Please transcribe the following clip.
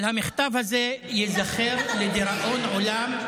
אבל המכתב הזה ייזכר לדיראון עולם,